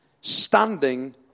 Standing